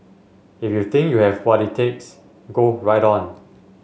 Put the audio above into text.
if you think you have what it takes go right on